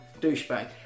douchebag